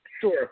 Sure